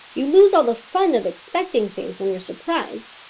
you lose all the fun of expecting things when you're surprised.